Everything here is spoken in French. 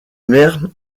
mère